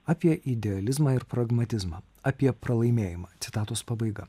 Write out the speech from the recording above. apie idealizmą ir pragmatizmą apie pralaimėjimą citatos pabaiga